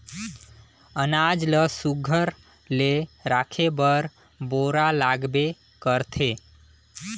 अनाज ल सुग्घर ले राखे बर बोरा लागबे करथे